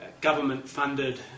government-funded